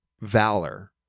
valor